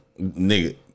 Nigga